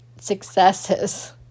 successes